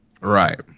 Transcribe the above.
right